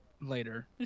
later